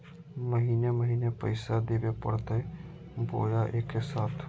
महीने महीने पैसा देवे परते बोया एके साथ?